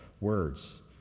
words